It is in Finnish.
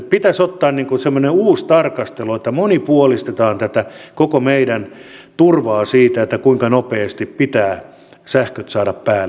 pitäisi ottaa semmoinen uusi tarkastelu että monipuolistetaan tätä koko meidän turvaamme siitä kuinka nopeasti pitää sähköt saada päälle